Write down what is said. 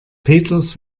peters